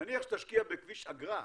נניח שתשקיע בכביש אגרה,